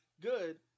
good